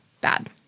bad